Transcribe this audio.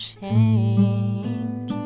change